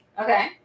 Okay